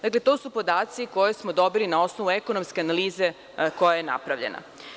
Dakle, to su podaci koje smo dobili na osnovu ekonomske analize koja je napravljena.